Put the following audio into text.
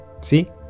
See